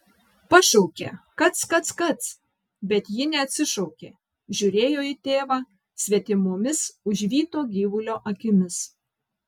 pašaukė kac kac kac bet ji neatsišaukė žiūrėjo į tėvą svetimomis užvyto gyvulio akimis